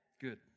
good